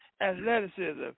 athleticism